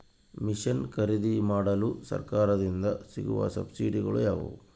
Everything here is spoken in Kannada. ಮಿಷನ್ ಖರೇದಿಮಾಡಲು ಸರಕಾರದಿಂದ ಸಿಗುವ ಸಬ್ಸಿಡಿಗಳು ಯಾವುವು?